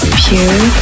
pure